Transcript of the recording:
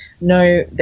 no –